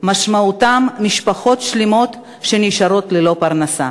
משמעותם משפחות שלמות שנשארות ללא פרנסה.